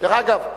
דרך אגב,